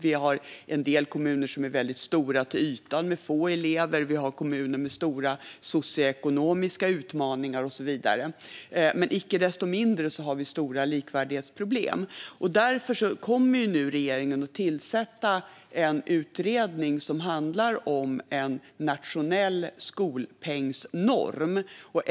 Vi har en del kommuner som är väldigt stora till ytan med få elever. Vi har kommuner med stora socioekonomiska utmaningar och så vidare. Icke desto mindre har vi stora likvärdighetsproblem. Därför kommer regeringen nu att tillsätta en utredning som handlar om en nationell skolpengsnorm.